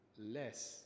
less